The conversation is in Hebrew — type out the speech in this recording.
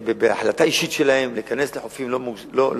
בהחלטה אישית שלהם להיכנס לחופים לא מוכרזים